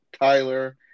Tyler